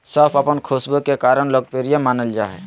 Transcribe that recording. सौंफ अपन खुशबू के कारण लोकप्रिय मानल जा हइ